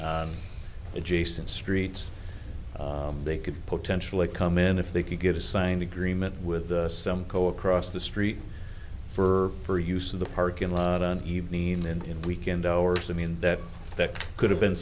spaces jason streets they could potentially come in if they could get a signed agreement with some co across the street for use of the parking lot on evening and in weekend hours i mean that that could have been